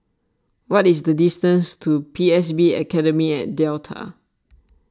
what is the distance to P S B Academy at Delta